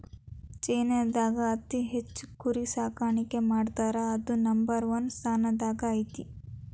ಚೇನಾದಾಗ ಅತಿ ಹೆಚ್ಚ್ ಕುರಿ ಸಾಕಾಣಿಕೆ ಮಾಡ್ತಾರಾ ಅದು ನಂಬರ್ ಒನ್ ಸ್ಥಾನದಾಗ ಐತಿ